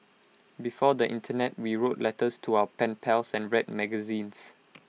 before the Internet we wrote letters to our pen pals and read magazines